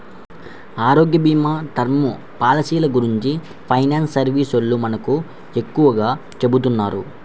ఆరోగ్యభీమా, టర్మ్ పాలసీలను గురించి ఫైనాన్స్ సర్వీసోల్లు మనకు ఎక్కువగా చెబుతున్నారు